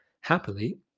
Happily